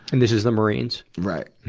and this is the marines? right.